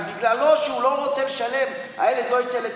אז בגללו, שהוא לא רוצה לשלם, הילד לא יצא לטיול?